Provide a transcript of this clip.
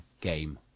game